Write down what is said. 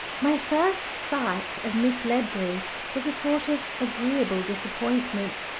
my first sight of miss ledbury was a sort of agreeable disappointment.